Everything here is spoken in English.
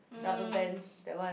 rubber bands that one